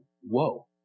Whoa